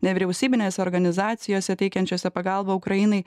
nevyriausybinėse organizacijose teikiančiose pagalbą ukrainai